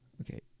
Okay